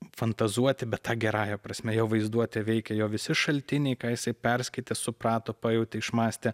fantazuoti bet ta gerąja prasme jo vaizduotė veikia jo visi šaltiniai ką jisai perskaitęs suprato pajautė išmąstė